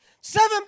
seven